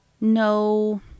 no